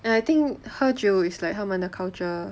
and I think 喝酒 is like 他们的 culture